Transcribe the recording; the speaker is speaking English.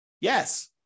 Yes